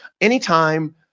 anytime